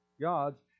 gods